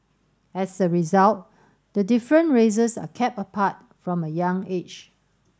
as a result the different races are kept apart from a young age